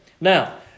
Now